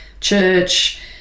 church